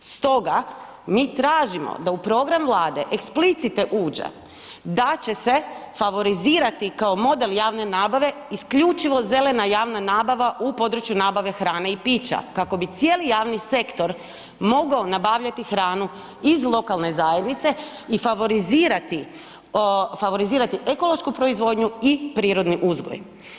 Stoga mi tražimo da u program Vlade eksplicite uđe da će se favorizirati kao model javne nabave isključivo zelena javna nabava u području nabave hrane i pića kako bi cijeli javni sektor mogao nabavljati hranu iz lokalne zajednice i favorizirati ekološku proizvodnju i prirodni uzgoj.